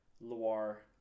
Loire